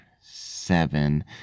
seven